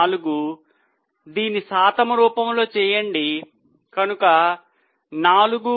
04 దీని శాతం రూపములో చేయండి కనుక 4